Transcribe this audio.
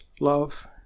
love